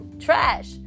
trash